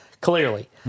clearly